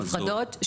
נפרדות?